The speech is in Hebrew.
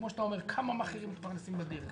וכמו שאתה אומר כמה מעאכרים מתפרנסים בדרך,